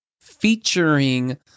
featuring